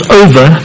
over